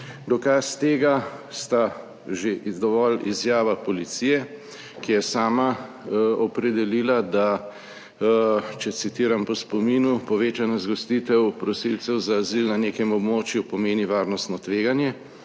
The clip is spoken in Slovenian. Dokaz tega sta že dovolj izjava Policije, ki je sama opredelila, da, če citiram po spominu, "Povečana zgostitev prosilcev za azil na nekem območju pomeni varnostno tveganje",